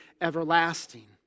everlasting